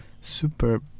Super